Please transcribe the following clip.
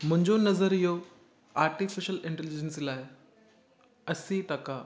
मुंहिंजो नज़रीयो artificial intelligence लाइ असीं टका